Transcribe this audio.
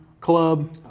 club